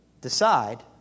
Decide